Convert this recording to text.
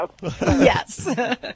yes